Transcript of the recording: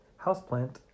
houseplant